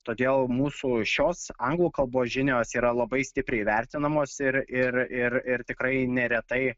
todėl mūsų šios anglų kalbos žinios yra labai stipriai vertinamos ir ir ir ir tikrai neretai